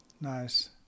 Nice